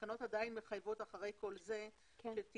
התקנות עדיין מחייבות אחרי כל זה שיהיה